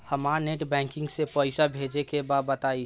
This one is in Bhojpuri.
हमरा नेट बैंकिंग से पईसा भेजे के बा बताई?